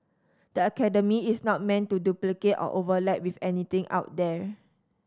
the academy is not meant to duplicate or overlap with anything out there